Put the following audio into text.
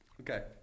Okay